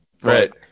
Right